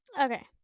Okay